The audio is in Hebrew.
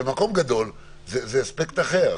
במקום גדול זה אספקט אחר.